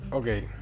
Okay